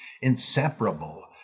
inseparable